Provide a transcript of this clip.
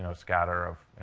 so scatter of,